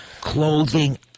clothing